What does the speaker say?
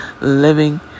living